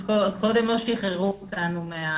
מבחינת החוקים שחלים עלינו,